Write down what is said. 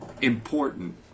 important